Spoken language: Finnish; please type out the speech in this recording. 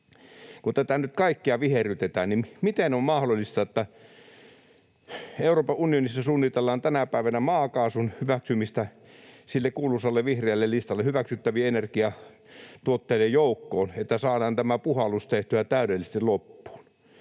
Kun tätä kaikkea nyt viherrytetään, niin miten on mahdollista, että Euroopan unionissa suunnitellaan tänä päivänä maakaasun hyväksymistä sille kuuluisalle vihreälle listalle hyväksyttävien energiatuotteiden joukkoon, että saadaan tämä puhallus tehtyä täydellisesti loppuun.